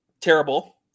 terrible